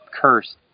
curse